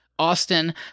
Austin